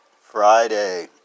Friday